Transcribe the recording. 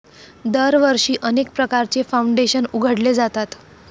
दरवर्षी अनेक प्रकारचे फाउंडेशन उघडले जातात